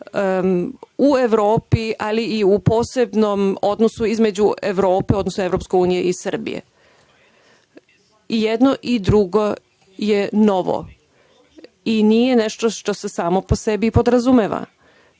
u Evropi, ali i u posebnom odnosu između Evrope, odnosno EU i Srbije.I jedno i drugo je novo i nije nešto što se samo po sebi podrazumeva.